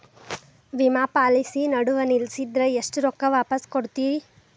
ವಿಮಾ ಪಾಲಿಸಿ ನಡುವ ನಿಲ್ಲಸಿದ್ರ ಎಷ್ಟ ರೊಕ್ಕ ವಾಪಸ್ ಕೊಡ್ತೇರಿ?